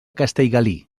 castellgalí